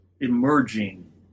emerging